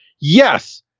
Yes